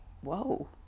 whoa